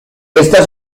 esta